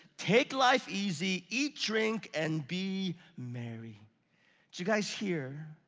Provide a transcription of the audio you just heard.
take life easy, eat, drink, and be merry. do you guys hear